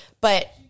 But-